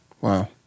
Wow